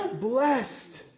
Blessed